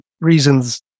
reasons